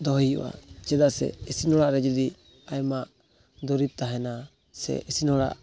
ᱫᱚᱦᱚᱭ ᱦᱩᱭᱩᱜᱼᱟ ᱪᱮᱫᱟᱜ ᱥᱮ ᱤᱥᱤᱱ ᱚᱲᱟᱜ ᱨᱮ ᱡᱩᱫᱤ ᱟᱭᱢᱟ ᱫᱩᱨᱤᱵ ᱛᱟᱦᱮᱱᱟ ᱥᱮ ᱤᱥᱤᱱ ᱚᱲᱟᱜ